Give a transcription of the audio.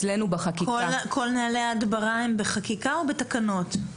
כל נהלי ההדברה הם בחקיקה או בתקנות?